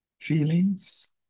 feelings